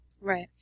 Right